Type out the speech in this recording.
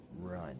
run